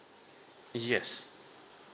yes